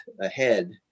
ahead